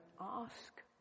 ask